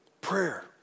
Prayer